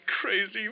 crazy